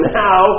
now